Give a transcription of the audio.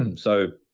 um so,